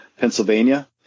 Pennsylvania